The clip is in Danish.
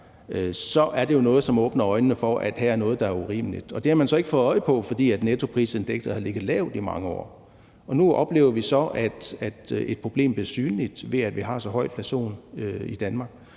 som åbner øjnene for, at her er der noget, der er urimeligt. Det har man så ikke fået øje på, fordi nettoprisindekset har ligget lavt i mange år. Men nu oplever vi så, at et problem bliver synligt, ved at vi har så høj inflation i Danmark,